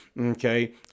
okay